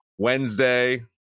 Wednesday